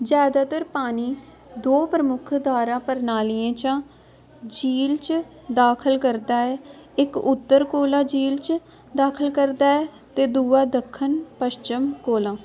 ज्यादातर पानी दो प्रमुख धारा प्रणालियें चा झील च दाखल करदा ऐ इक उत्तर कोला झील च दाखल करदा ऐ ते दूआ दक्खन पच्छम कोला